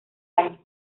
año